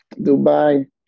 Dubai